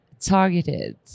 targeted